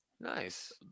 Nice